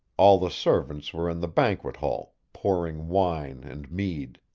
all the servants were in the banquet hall, pouring wine and mead.